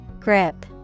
Grip